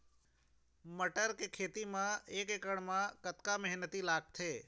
मटर के खेती म एक एकड़ म कतक मेहनती लागथे?